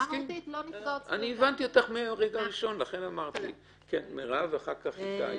לא נפגעות זכויותיו.